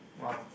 !wow!